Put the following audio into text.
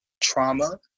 trauma